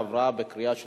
עברה בקריאה שלישית,